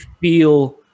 feel